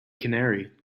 canary